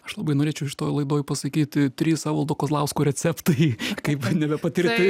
aš labai norėčiau šitoj laidoj pasakyti trys evaldo kazlausko receptai kaip nebepatirti